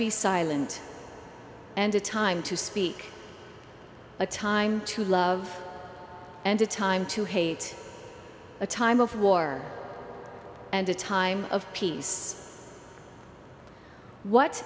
be silent and a time to speak a time to love and a time to hate a time of war and a time of peace what